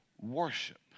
worship